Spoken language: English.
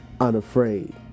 Unafraid